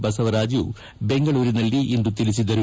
ಬಸವರಾಜು ಬೆಂಗಳೂರಿನಲ್ಲಿಂದು ತಿಳಿಸಿದ್ದಾರೆ